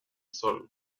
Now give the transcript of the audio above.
sol